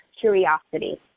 curiosity